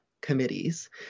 committees